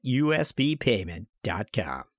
usbpayment.com